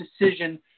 decision